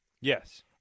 Yes